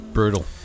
Brutal